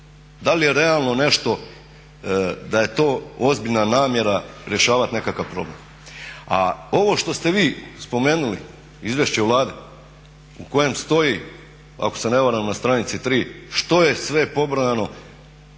Dal je realno nešto da je to ozbiljna namjera rješavati nekakav problem? A ovo što ste vi spomenuli izvješće Vlade u kojem stoji ako se ne varam na stranici 3 što je sve pobrojano,